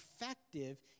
effective